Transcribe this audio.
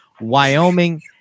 Wyoming